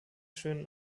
schönen